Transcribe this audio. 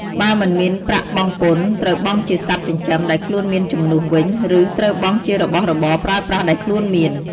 បើមិនមានប្រាក់បង់ពន្ធត្រូវបង់ជាសត្វចិញ្ចឹមដែលខ្លួនមានជំនួសវិញ ឬ ត្រូវបង់ជារបស់របរប្រើប្រាសដែលខ្លួនមាន។